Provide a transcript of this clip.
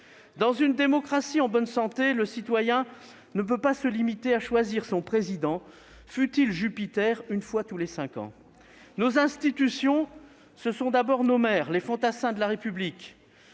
Dans une démocratie en bonne santé, le citoyen ne peut pas se limiter à choisir son président, fût-ce Jupiter, une fois tous les cinq ans. Nos institutions, ce sont d'abord nos maires, les fantassins de la République,